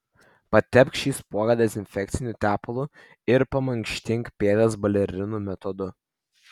patepk šį spuogą dezinfekciniu tepalu ir pamankštink pėdas balerinų metodu